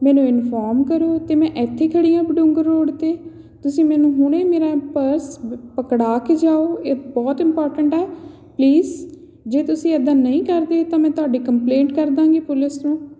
ਮੈਨੂੰ ਇਨਫੋਰਮ ਕਰੋ ਅਤੇ ਮੈਂ ਇੱਥੇ ਖੜ੍ਹੀ ਹਾਂ ਬਡੁੰਗਰ ਰੋਡ 'ਤੇ ਤੁਸੀਂ ਮੈਨੂੰ ਹੁਣੇ ਮੇਰਾ ਪਰਸ ਪਕੜਾ ਕੇ ਜਾਉ ਇਹ ਬਹੁਤ ਇੰਪੋਰਟੈਂਟ ਹੈ ਪਲੀਜ਼ ਜੇ ਤੁਸੀਂ ਇੱਦਾਂ ਨਹੀਂ ਕਰਦੇ ਤਾਂ ਮੈਂ ਤੁਹਾਡੀ ਕੰਪਲੇਂਟ ਕਰ ਦੇਵਾਂਗੀ ਪੁਲਿਸ ਨੂੰ